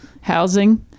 Housing